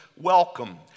welcome